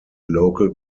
local